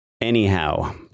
Anyhow